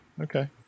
Okay